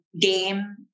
game